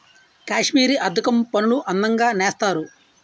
కాశ్మీరీ అద్దకం పనులు అందంగా నేస్తారు